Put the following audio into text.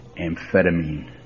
amphetamine